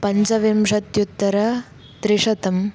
पञ्चविंशत्युत्तरत्रिशतम्